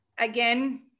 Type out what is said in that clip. Again